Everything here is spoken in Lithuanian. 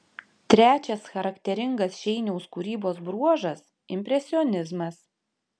trečias charakteringas šeiniaus kūrybos bruožas impresionizmas